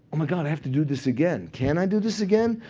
my god, i have to do this again. can i do this again?